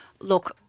Look